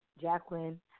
Jacqueline